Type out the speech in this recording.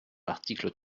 l’article